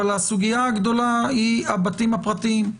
אבל הסוגיה הגדולה היא הבתים הפרטיים.